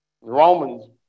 Romans